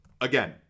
again